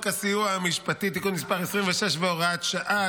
הסיוע המשפטי (תיקון מס' 26 והוראת שעה),